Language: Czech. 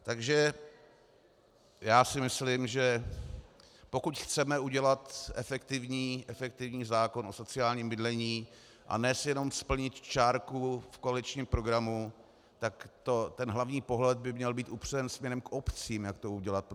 Takže já si myslím, že pokud chceme udělat efektivní zákon o sociálním bydlení a ne si jenom splnit čárku v koaličním programu, tak ten hlavní pohled by měl být upřen směrem k obcím, jak to udělat.